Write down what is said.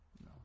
No